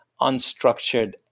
unstructured